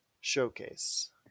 Showcase